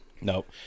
Nope